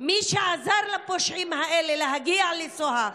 מי שעזר לפושעים האלה להגיע לסוהא,